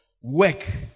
work